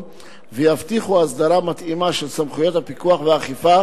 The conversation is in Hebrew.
ויבטיחו הסדרה מתאימה של סמכויות הפיקוח והאכיפה